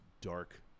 dark